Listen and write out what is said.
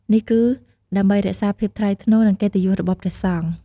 នេះគឺដើម្បីរក្សាភាពថ្លៃថ្នូរ និងកិត្តិយសរបស់ព្រះសង្ឃ។